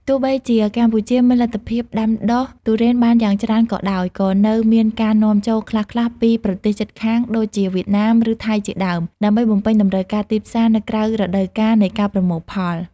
ទោះបីជាកម្ពុជាមានលទ្ធភាពដាំដុះទុរេនបានយ៉ាងច្រើនក៏ដោយ ក៏នៅមានការនាំចូលខ្លះៗពីប្រទេសជិតខាងដូចជាវៀតណាមឬថៃជាដើម ដើម្បីបំពេញតម្រូវការទីផ្សារនៅក្រៅរដូវកាលនៃការប្រមូលផល។